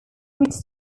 which